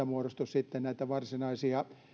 muodostu varsinaisia